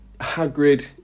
Hagrid